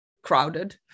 crowded